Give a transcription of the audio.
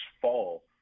fall